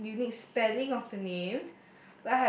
perhaps unique spelling of the name